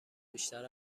بیشتر